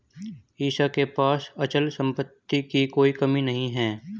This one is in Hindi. ईशा के पास अचल संपत्ति की कोई कमी नहीं है